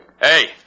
Hey